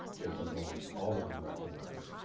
jacob lawrence, all of them recognized.